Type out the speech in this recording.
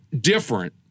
different